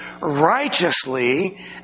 righteously